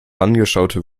angestaute